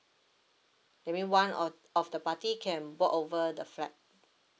that mean one of of the party can bought over the flat